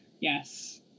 Yes